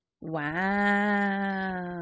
Wow